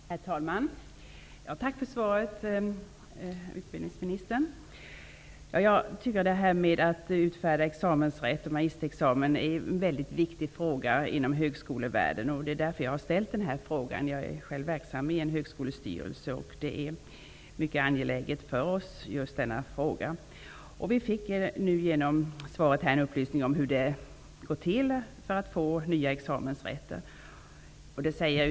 Herr talman! Tack för svaret, utbildningsministern. Rätten att utfärda magisterexamen är en mycket viktig fråga inom högskolevärlden. Det är därför jag har ställt frågan. Jag är själv verksam i en högskolestyrelse, och just denna fråga är mycket angelägen för oss. Vi fick genom svaret nu en upplysning om hur det går till att få nya examensrätter.